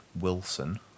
Wilson